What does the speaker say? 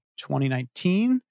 2019